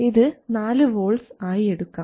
ഇത് 4 വോൾട്ട്സ് ആയി എടുക്കാം